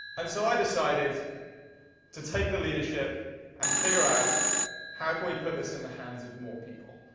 and so i decided to take the leadership and figure out how can we put this in the hands of more people,